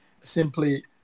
simply